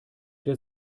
der